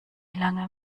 lange